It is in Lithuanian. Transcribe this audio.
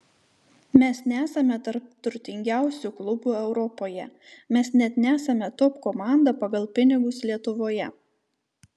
mes nesame tarp turtingiausių klubų europoje mes net nesame top komanda pagal pinigus lietuvoje